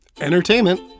entertainment